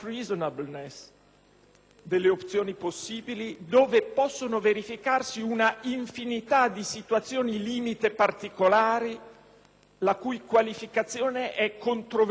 delle opzioni possibili), dove possono verificarsi una infinità di situazioni-limite particolari, la cui qualificazione è controvertibile.